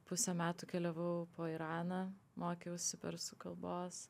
pusę metų keliavau po iraną mokiausi persų kalbos